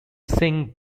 singh